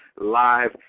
Live